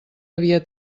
havia